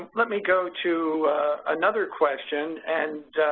let me go to another question, and